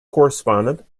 correspondent